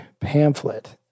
pamphlet